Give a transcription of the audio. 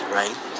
right